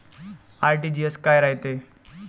RTGS काय रायते?